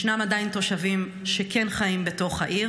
ישנם עדיין תושבים שכן חיים בתוך העיר